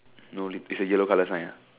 no li~ it's a yellow colour sign ah